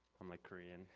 i'm like korean.